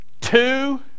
two